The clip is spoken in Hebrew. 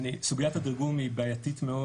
סוגיית התרגום היא בעייתית מאוד,